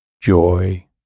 joy